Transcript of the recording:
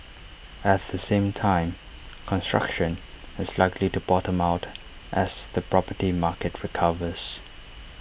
at the same time construction is likely to bottom out as the property market recovers